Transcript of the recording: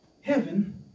heaven